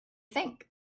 think